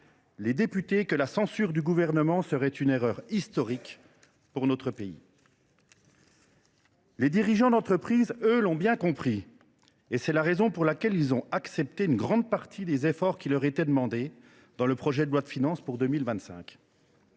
les députés que la censure du Gouvernement serait une erreur historique pour notre pays. Les dirigeants d’entreprise, eux, l’ont bien compris. C’est la raison pour laquelle ils ont accepté, en grande partie, les efforts qui leur étaient demandés dans le projet de loi de finances pour 2025.